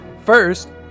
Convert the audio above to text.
first